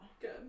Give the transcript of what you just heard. Good